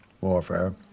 warfare